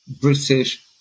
British